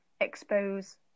expose